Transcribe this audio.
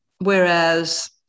whereas